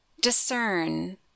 discern